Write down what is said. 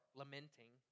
lamenting